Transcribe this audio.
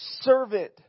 servant